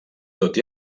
tot